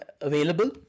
available